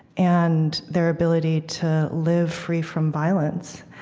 and their ability to live free from violence.